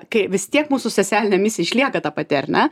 kai vis tiek mūsų socialinė misija išlieka ta pati ar ne